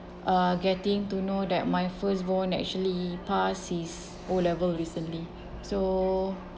uh getting to know that my firstborn actually pass his o level recently so